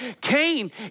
Cain